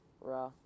raw